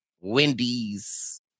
Wendy's